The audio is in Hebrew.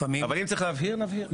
אם צריך להבהיר, נבהיר.